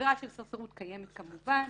עבירה של סרסרות קיימת כמובן,